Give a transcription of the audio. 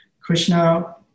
Krishna